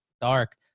dark